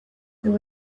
there